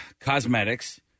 cosmetics